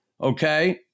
okay